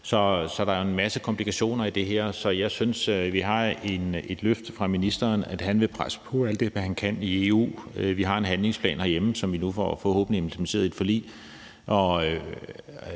Så der er en masse komplikationer i det her, og jeg synes, at vi har et løfte fra ministeren om, at han vil presse på, alt hvad han kan i EU. Vi har en handlingsplan herhjemme, som vi nu forhåbentlig får implementeret i et forlig,